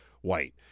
white